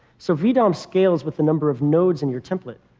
so vdom scales with the number of nodes in your template.